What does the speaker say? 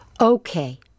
Okay